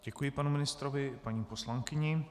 Děkuji panu ministrovi i paní poslankyni.